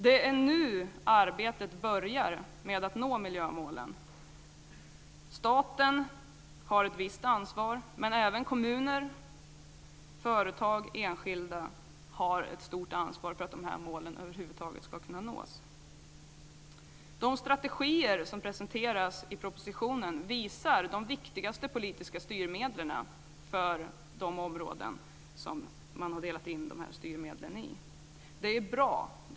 Det är nu arbetet med att nå miljömålen börjar. Staten har ett visst ansvar, men även kommuner, företag och enskilda har ett stort ansvar för att dessa mål över huvud taget ska kunna nås. De strategier som presenteras i propositionen visar de viktigaste politiska styrmedlen för de områden som man har delat in dessa styrmedel i. Det är bra.